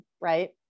right